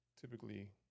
typically